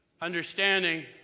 understanding